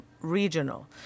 regional